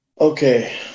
Okay